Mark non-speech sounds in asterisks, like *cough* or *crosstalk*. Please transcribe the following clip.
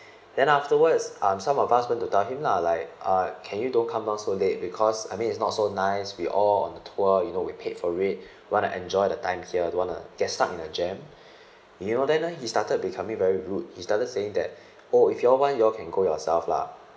then afterwards um some of us went to tell him lah like uh can you don't come down so late because I mean it's not so nice we all on the tour you know we paid for it *breath* want to enjoy the time here don't want to get stuck in a jam *breath* you know then ah he started becoming very rude he started saying that *breath* oh if you all want you all can go yourself lah